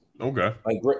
Okay